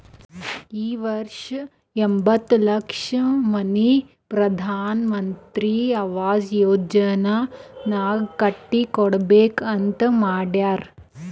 ಈ ವರ್ಷ ಎಂಬತ್ತ್ ಲಕ್ಷ ಮನಿ ಪ್ರಧಾನ್ ಮಂತ್ರಿ ಅವಾಸ್ ಯೋಜನಾನಾಗ್ ಕಟ್ಟಿ ಕೊಡ್ಬೇಕ ಅಂತ್ ಮಾಡ್ಯಾರ್